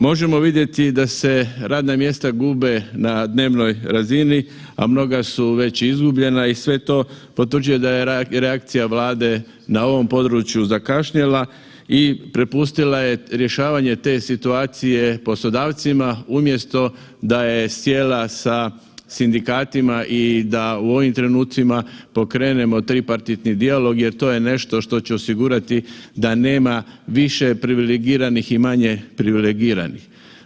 Možemo vidjeti da se radna mjesta gube na dnevnoj razini, a mnoga su već izgubljena i sve to potvrđuje da je reakcija Vlade na ovom području zakašnjela i prepustila je rješavanje te situacije poslodavcima, umjesto da je sjela sa sindikatima i da u ovim trenucima pokrenemo tripartitni dijalog jer to je nešto što će osigurati da nema više privilegiranih i manje privilegiranih.